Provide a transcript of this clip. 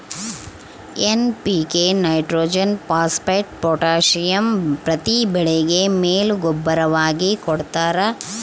NPK nitrogen phosphate potassium ಪ್ರತಿ ಬೆಳೆಗೆ ಮೇಲು ಗೂಬ್ಬರವಾಗಿ ಕೊಡ್ತಾರ